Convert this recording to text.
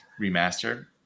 remastered